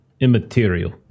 Immaterial